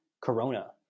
Corona